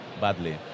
badly